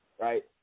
right